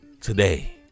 today